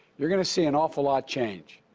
you're going to see an awful lot change.